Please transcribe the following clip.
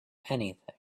anything